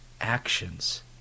actions